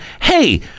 hey